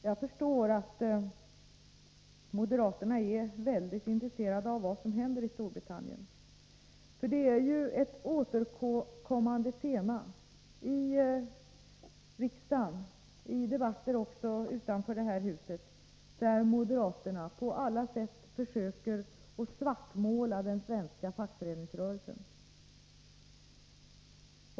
Jag förstår att moderaterna är väldigt intresserade av vad som händer i Storbritannien, för det är ett återkommande tema i riksdagen och också i debatter utanför det här huset, där moderaterna på alla sätt försöker svartmåla den svenska fackföreningsrörelsen.